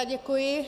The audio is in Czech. Děkuji.